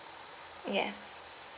yes